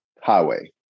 highway